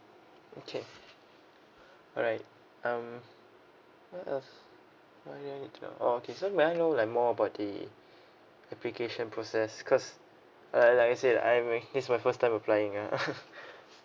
okay all right um what else what do I need to know oh okay so may I know like more about the application process because like like I said I may this my first time applying a